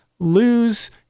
lose